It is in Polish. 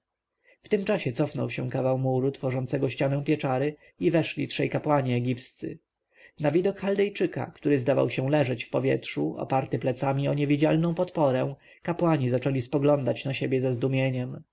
w tym czasie cofnął się kawał muru tworzącego ścianę pieczary i weszli trzej kapłani egipscy na widok chaldejczyka który zdawał się leżeć w powietrzu oparty plecami o niewidzialną podporę kapłani zaczęli spoglądać na siebie ze zdumieniem